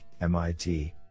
MIT